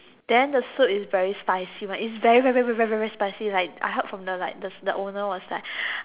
then the soup is very spicy one it's very very very very very spicy like I heard from the like the owner was like